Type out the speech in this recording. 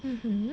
mmhmm